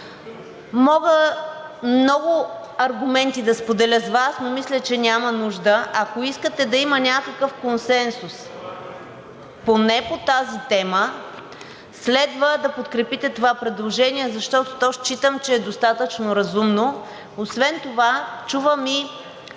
Мога много аргументи да споделя с Вас, но мисля, че няма нужда. Ако искате да има някакъв консенсус поне по тази тема, следва да подкрепите това предложение, защото считам, че то е достатъчно разумно. Освен това чувам и